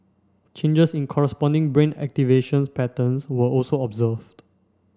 changes in corresponding brain activation patterns were also observed